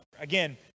again